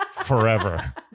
Forever